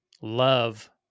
love